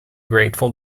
grateful